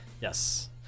Yes